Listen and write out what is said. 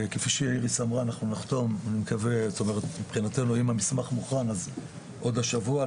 כפי שאיריס אמרה אנחנו נחתום עוד השבוע,